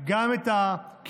גם את הכינויים